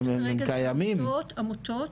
כרגע זה עמותות,